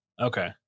okay